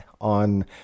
on